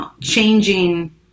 changing